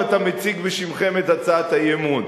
ואתה מציג בשמכם את הצעת האי-אמון.